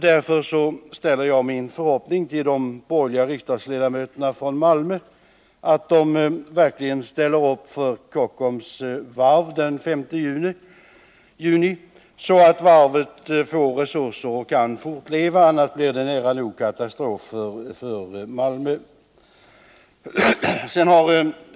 Därför ställer jag min förhoppning till att de borgerliga riksdagsledamöterna från Malmö verkligen ställer upp för Kockums Varv den 5 juni, så att varvet får resurser och kan fortleva — annars blir det nära nog katastrof för Malmö.